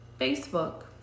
facebook